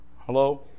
Hello